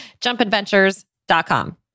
jumpadventures.com